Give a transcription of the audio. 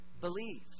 believe